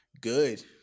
good